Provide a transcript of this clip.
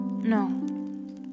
No